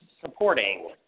supporting